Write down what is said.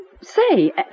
say